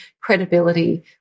credibility